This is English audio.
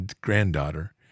granddaughter